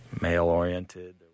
male-oriented